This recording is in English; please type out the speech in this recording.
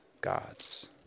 God's